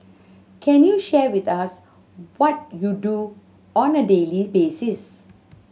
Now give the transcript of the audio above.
can you share with us what you do on a daily basis